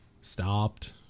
stopped